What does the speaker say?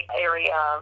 area